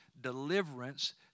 deliverance